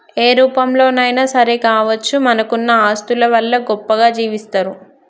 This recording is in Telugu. ఏ రూపంలోనైనా సరే కావచ్చు మనకున్న ఆస్తుల వల్ల గొప్పగా జీవిస్తరు